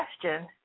question